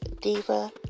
Diva